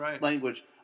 language